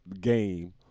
game